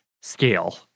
scale